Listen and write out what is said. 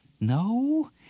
No